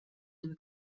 due